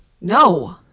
no